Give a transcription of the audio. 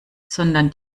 sondern